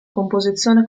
composizione